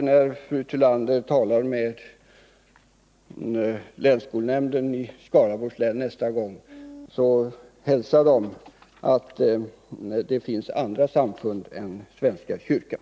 När fru Tillander talar med länsskolnämnden i Skaraborgs län nästa gång bör hon hälsa nämnden att det också finns andra samfund än svenska kyrkan.